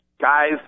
guys